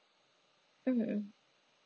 mm mm